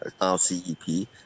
RCEP